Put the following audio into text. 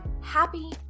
Happy